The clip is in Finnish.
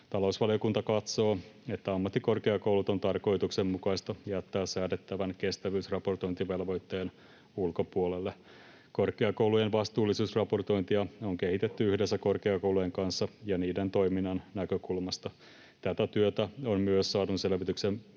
Talousvaliokunta katsoo, että ammattikorkeakoulut on tarkoituksenmukaista jättää säädettävän kestävyysraportointivelvoitteen ulkopuolelle. Korkeakoulujen vastuullisuusraportointia on kehitetty yhdessä korkeakoulujen kanssa ja niiden toiminnan näkökulmasta. Tätä työtä on myös saadun selvityksen